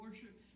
Worship